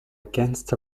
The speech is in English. against